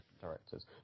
directors